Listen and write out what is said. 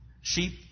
sheep